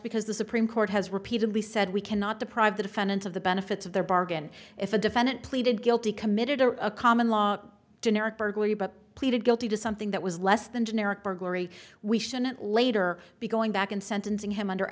because the supreme court has repeatedly said we cannot deprive the defendants of the benefits of their bargain if a defendant pleaded guilty committed to a common law generic burglary but pleaded guilty to something that was less than generic burglary we shouldn't later be going back and sentencing him under